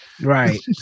Right